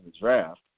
draft